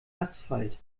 asphalt